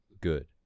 good